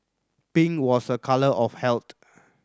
pink was a colour of health